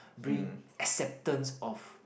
bring acceptance of